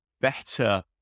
better